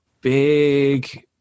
big